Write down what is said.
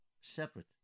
Separate